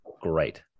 great